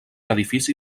edifici